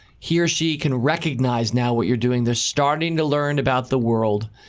he or she can recognize, now, what you're doing. they're starting to learn about the world.